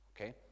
okay